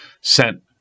sent